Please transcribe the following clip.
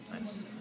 Nice